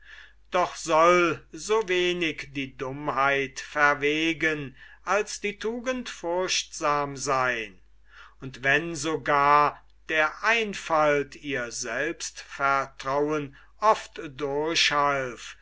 doch soll so wenig die dummheit verwegen als die tugend furchtsam seyn und wenn sogar der einfalt ihr selbstvertrauen oft durchhalf